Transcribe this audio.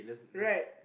right